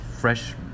fresh